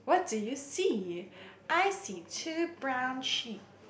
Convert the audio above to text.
what do you see I see two brown sheep